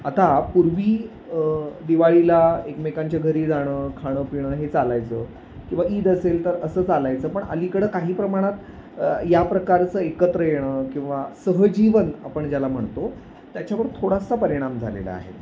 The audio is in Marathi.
आता पूर्वी दिवाळीला एकमेकांच्या घरी जाणं खाणं पिणं हे चालायचं किंवा ईद असेल तर असं चालायचं पण अलीकडं काही प्रमाणात या प्रकारचं एकत्र येणं किंवा सहजीवन आपण ज्याला म्हणतो त्याच्यावर थोडासा परिणाम झालेला आहे